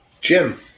Jim